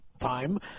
time